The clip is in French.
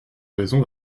raison